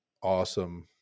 awesome